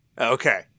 Okay